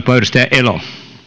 arvoisa